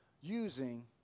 using